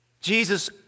Jesus